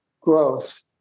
growth